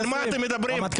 על מה אתם מדברים?